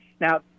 now